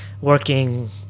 working